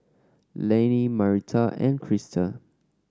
Laney Marita and Christa